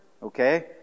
Okay